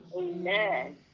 Amen